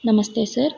ನಮಸ್ತೆ ಸರ್